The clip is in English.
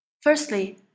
Firstly